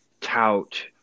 tout